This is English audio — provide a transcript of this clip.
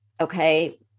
Okay